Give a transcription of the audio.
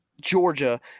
Georgia